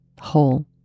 whole